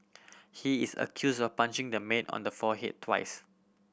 he is accused of punching the maid on her forehead twice